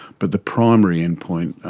but the primary endpoint,